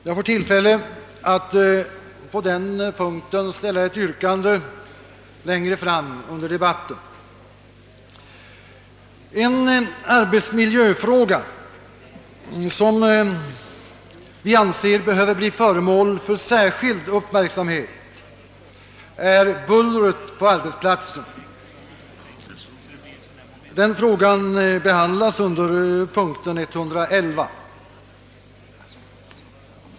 Jag får tillfälle att på den punkten ställa ett yrkande längre fram under debatten. En arbetsmiljöfråga som wvi anser behöva bli föremål för särskild uppmärksamhet är bullret på arbetsplatsen. Den frågan behandlas under punkten 111.